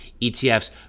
etfs